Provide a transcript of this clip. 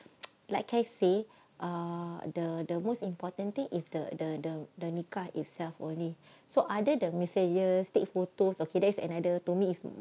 like I say uh the the most important thing is the the the nikah itself only so other the miscellaneous take photos okay that's another to me is